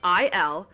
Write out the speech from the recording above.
il